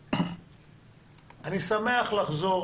ואני שמח לחזור.